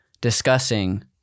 discussing